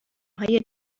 های